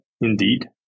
indeed